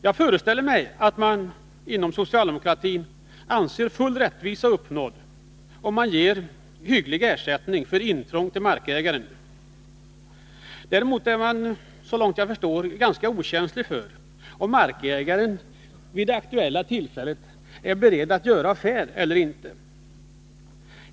Jag föreställer mig att socialdemokratin anser full rättvisa uppnådd, om man ger hygglig ersättning till markägaren för intrång. Däremot är man så långt jag förstår ganska okänslig för om markägaren vid det aktuella tillfället är beredd att göra affär eller inte.